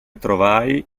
trovai